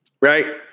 Right